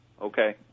Okay